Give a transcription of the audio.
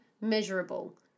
measurable